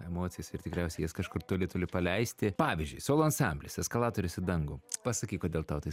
emocijas ir tikriausiai jas kažkur toli toli paleisti pavyzdžiui solo ansamblis eskalatorius į dangų pasakyk kodėl tau tai